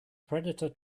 predator